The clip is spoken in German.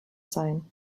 sein